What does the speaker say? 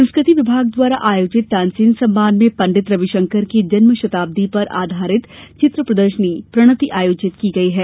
संस्कृति विभाग द्वारा आयोजित तानसेन सम्मान में पंडित रविशंकर की जन्म शताब्दी पर आधारित चित्र प्रदर्शनी प्रणति आयोजित की जाएगी